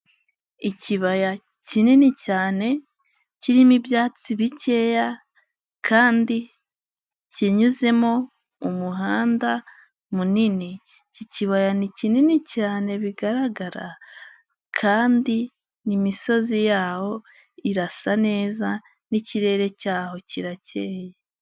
Ikibaya kinini cyane kirimo ibyatsi bikeya kandi kinyuzemo umuhanda munini. Iki kibaya ni kinini cyane bigaragara kandi ni imisozi yaho irasa neza n'ikirere cyaho kirakeye.